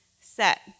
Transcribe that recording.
set